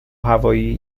هوایی